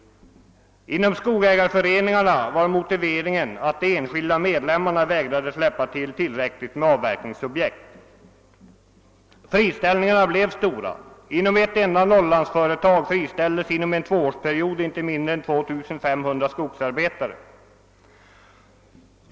Inom skogsägarföreningarna var motiveringen att de enskilda medlemmarna vägrade släppa till tillräckligt med avverkningsprojekt. Friställningarna blev stora. Inom ett enda Norrlandsföretag friställdes under en tvåårsperiod inte mindre än 2500 skogsarbetare.